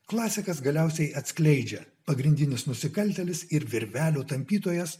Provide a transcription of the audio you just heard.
klasikas galiausiai atskleidžia pagrindinius nusikaltėlis ir virvelių tapytojas